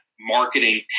marketing